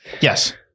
Yes